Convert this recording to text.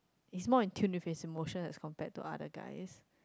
he's more in tuned with his motion as compared to other guys